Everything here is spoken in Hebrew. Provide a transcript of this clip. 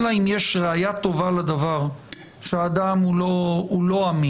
אלא אם יש ראיה טובה לדבר שהאדם לא אמין,